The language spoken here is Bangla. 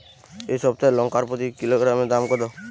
এই সপ্তাহের লঙ্কার প্রতি কিলোগ্রামে দাম কত?